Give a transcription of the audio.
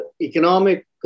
economic